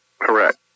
Correct